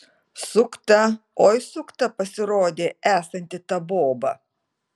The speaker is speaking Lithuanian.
sukta oi sukta pasirodė esanti ta boba